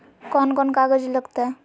कौन कौन कागज लग तय?